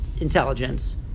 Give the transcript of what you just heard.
intelligence